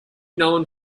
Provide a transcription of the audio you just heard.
known